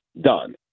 done